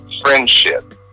friendship